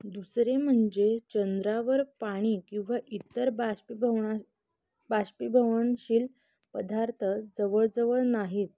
दुसरे म्हणजे चंद्रावर पाणी किंवा इतर बाष्पीभवना बाष्पीभवनशील पदार्थ जवळजवळ नाहीत